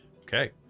okay